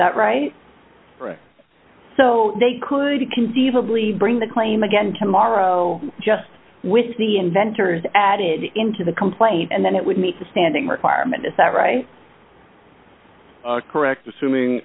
that right so they could conceivably bring the claim again tomorrow just with the inventor's added into the complaint and then it would make a standing requirement is that right correct assuming